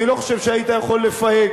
אני לא חושב שהיית יכול לפהק.